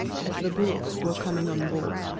as the bullocks were coming on board,